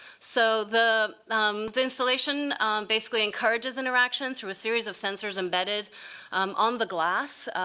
so the um the installation basically encourages interaction through a series of sensors embedded on the glass,